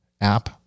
app